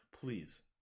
Please